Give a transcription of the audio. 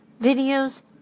videos